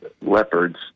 leopards